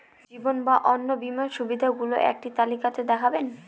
জীবন বা অন্ন বীমার সুবিধে গুলো একটি তালিকা তে দেখাবেন?